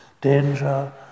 danger